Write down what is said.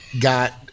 got